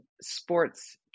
sports